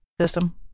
system